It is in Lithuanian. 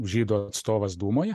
žydų atstovas dūmoje